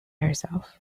herself